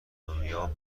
دنیا